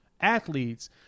athletes